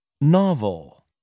Novel